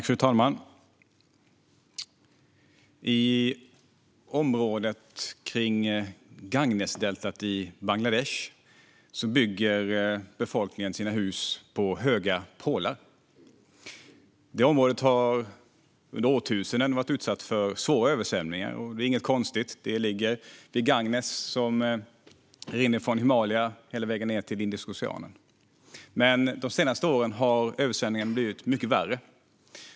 Fru talman! I området kring Gangesdeltat i Bangladesh bygger befolkningen sina hus på höga pålar. Det området har under årtusenden varit utsatt för svåra översvämningar. Det är inget konstigt. Det ligger vid Ganges, som rinner från Himalaya hela vägen ned till Indiska oceanen. Men de senaste åren har översvämningarna blivit mycket värre.